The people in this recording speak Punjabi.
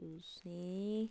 ਤੁਸੀਂ